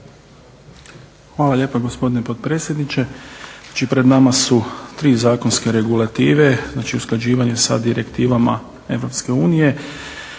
Hvala lijepo gospodine potpredsjedniče. Znači pred nama su tri zakonske regulative znači usklađivanje sa direktivama EU.